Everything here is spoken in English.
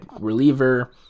reliever